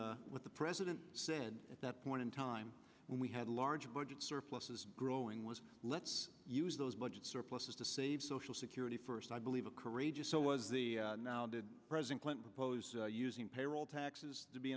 what the president said at that point in time when we had large budget surpluses growing was let's use those budget surpluses to save social security first i believe a courageous so was the now did president clinton oppose using payroll taxes to be